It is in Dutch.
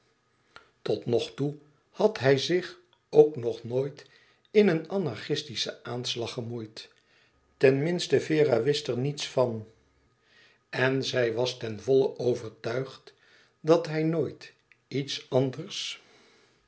totnogtoe had hij zich ook nog nooit in een anarchistischen aanslag gemoeid tenminste vera wist er niets van en zij was ten volle overtuigd dat hij nooit iets anders